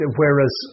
whereas